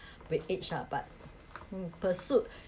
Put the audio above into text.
with age ah but mm pursuit